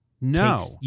No